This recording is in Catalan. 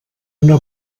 una